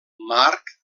marc